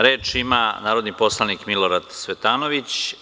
Reč ima narodni poslanik Milorad Cvetanović.